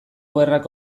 gerrak